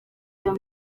iyo